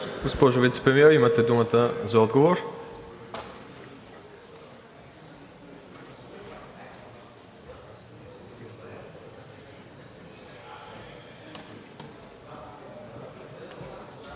Госпожо Вицепремиер, имате думата за отговор.